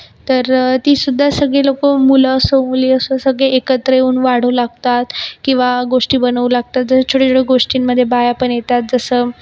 तर तीसुद्धा सगळे लोकं मुलं असो मुली असो सगळे एकत्र येऊन वाढू लागतात किंवा गोष्टी बनवू लागतात जसे छोट्या छोट्या गोष्टींमधे बाया पण येतात जसं